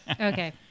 okay